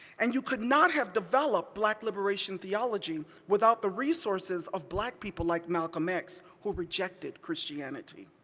and you could not have developed black liberation theology without the resources of black people like malcolm x, who rejected christianity.